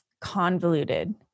convoluted